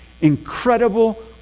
Incredible